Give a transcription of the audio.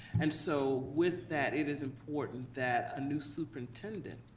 and so with that it is important that a new superintendent,